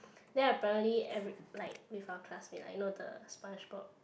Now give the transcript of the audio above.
then apparently every~ like with our classmate I know the Spongebob